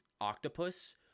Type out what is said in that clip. octopus